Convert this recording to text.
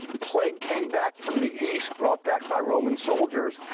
plague came back from the east, brought back by roman soldiers.